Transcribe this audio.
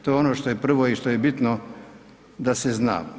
To je ono što je prvo i što je bitno da se zna.